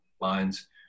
lines